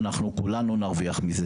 כולנו נרוויח מזה.